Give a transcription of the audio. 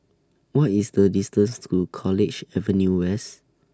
What IS The distance to College Avenue West